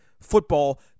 football